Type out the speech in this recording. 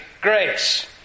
grace